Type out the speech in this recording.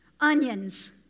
onions